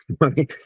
money